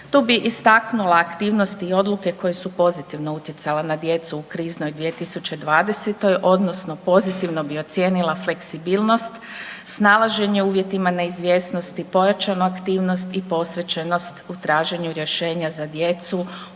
Tu bi istaknula aktivnosti i odluke koje su pozitivno utjecale na djecu u kriznoj 2020. odnosno pozitivno bi ocijenila fleksibilnost, snalaženje u uvjetima neizvjesnosti, pojačanu aktivnost i posvećenost u traženju rješenja za djecu